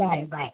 bye bye